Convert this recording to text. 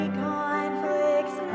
conflicts